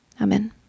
Amen